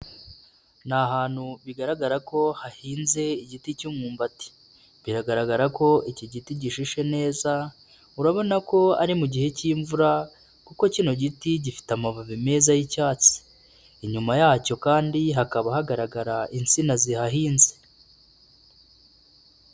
Ni ahantu bigaragara ko hahinze igiti cy'umwumbati. Biragaragara ko iki giti gishishe neza urabona ko ari mu gihe k'imvura, kuko kino giti gifite amababi meza y'icyatsi inyuma yacyo kandi hakaba hagaragara insina zihahinze.